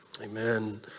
Amen